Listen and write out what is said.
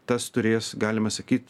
tas turės galima sakyti